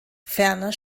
ferner